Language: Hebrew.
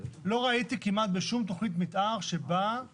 לא ראיתי כמעט בשום תכנית מתאר שבאה